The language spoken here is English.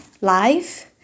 life